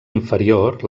inferior